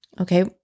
Okay